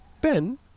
Ben